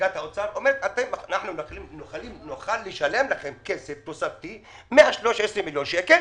והיא אומרת: אנחנו נוכל לשלם לכם כסף תוספתי 113 מיליון שקלים